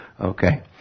Okay